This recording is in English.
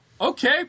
Okay